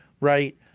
right